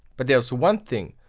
but here is one thing,